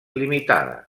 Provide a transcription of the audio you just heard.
limitada